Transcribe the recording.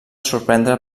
sorprendre